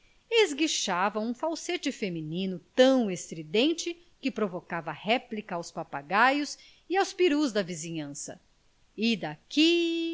esguichava um falsete feminino tão estridente que provocava réplica aos papagaios e aos perus da vizinhança e daqui